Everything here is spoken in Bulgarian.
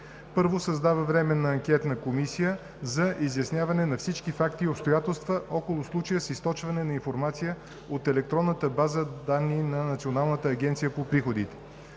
1. Създава временна анкетна комисия за изясняване на всички факти и обстоятелства около случая с източване на информация от електронната база данни на Националната агенция за приходите.